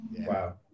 Wow